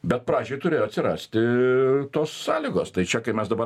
bet pradžiai turėjo atsirasti tos sąlygos tai čia kaip mes dabar